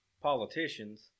politicians